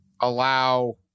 allow